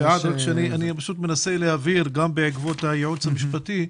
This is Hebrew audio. אביעד, אני מנסה להבהיר, גם בעקבות הייעוץ המשפטי,